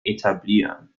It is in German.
etablieren